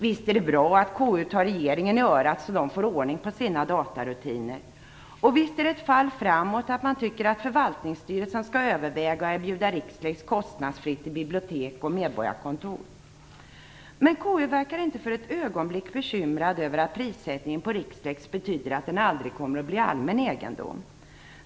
Visst är det bra att KU tar regeringen i örat så att den får ordning på sina datarutiner. Och visst är det ett fall framåt att man tycker att förvaltningsstyrelsen skall överväga att erbjuda Rixlex kostnadsfritt till bibliotek och medborgarkontor. Men KU verkar inte för ett ögonblick bekymrat över att prissättningen på Rixlex betyder att informationen i databasen aldrig kommer att bli allmän egendom.